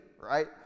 right